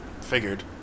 Figured